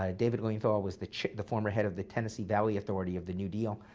ah david lilienthal ah was the the former head of the tennessee valley authority of the new deal.